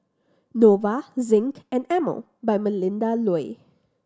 Nova Zinc and Emel by Melinda Looi